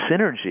synergy